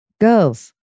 girls